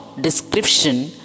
description